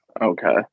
Okay